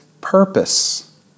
purpose